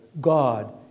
God